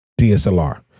DSLR